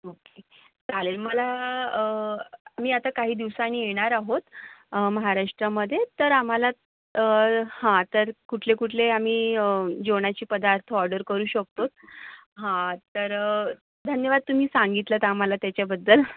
okay चालेल मला मी आता काही दिवसानी येणार आहोत महाराष्ट्रामध्ये तर आम्हाला हा तर कुठले कुठले आम्ही जेवणाचे पदार्थ ऑर्डर करू शकतो हा तर धन्यवाद तुम्ही सांगितलंत आम्हाला त्याच्याबद्दल